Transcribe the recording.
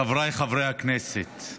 חבריי חברי הכנסת,